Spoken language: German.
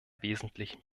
wesentlichen